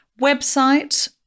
website